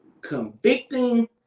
convicting